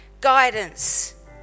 guidance